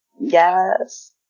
yes